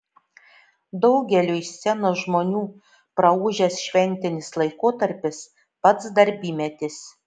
daugeliui scenos žmonių praūžęs šventinis laikotarpis pats darbymetis